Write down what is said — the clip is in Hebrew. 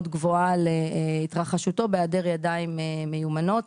גבוהה להתחרשותו בהיעדר ידיים מיומנות.